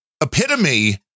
epitome